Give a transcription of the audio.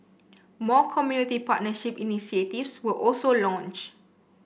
more community partnership initiatives were also launched